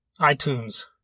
iTunes